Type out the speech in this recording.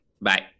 Bye